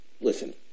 Listen